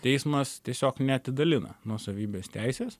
teismas tiesiog neatidalina nuosavybės teisės